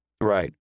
Right